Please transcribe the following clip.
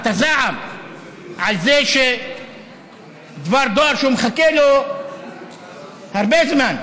את הזעם על כך שדבר דואר שהוא מחכה לו הרבה זמן,